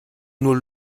nur